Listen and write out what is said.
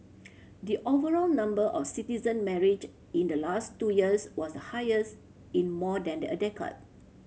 the overall number of citizen marriage in the last two years was the highest in more than the a decade